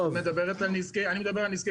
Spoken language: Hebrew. אני מדבר על נזקי רכוש.